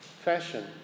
Fashion